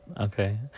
Okay